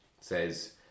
says